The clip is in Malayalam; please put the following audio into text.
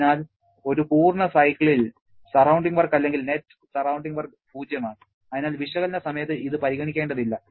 അതിനാൽ ഒരു പൂർണ്ണ സൈക്കിളിൽ സറൌണ്ടിങ് വർക്ക് അല്ലെങ്കിൽ നെറ്റ് സറൌണ്ടിങ് വർക്ക് 0 ആണ് അതിനാൽ വിശകലന സമയത്ത് ഇത് പരിഗണിക്കേണ്ടതില്ല